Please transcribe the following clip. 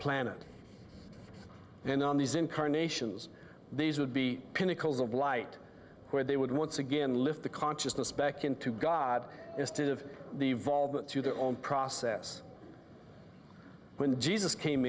planet and on these incarnations these would be pinnacles of light where they would once again lift the consciousness back into god instead of the evolved into their own process when jesus came